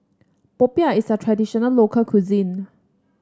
Popiah is a traditional local cuisine